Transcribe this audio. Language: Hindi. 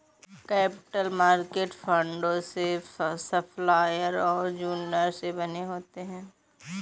कैपिटल मार्केट फंडों के सप्लायर और यूजर से बने होते हैं